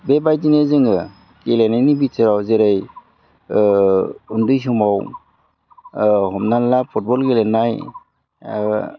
बेबायदिनो जोङो गेलेनायनि भिथोराव जेरै उन्दै समाव हमनानैला फुटबल गेलेनाय